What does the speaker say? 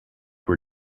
were